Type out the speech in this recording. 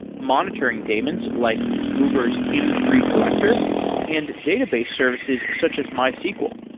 monitoring daemons, like uber's m three collector and database services such as mysql.